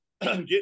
get